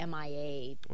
MIA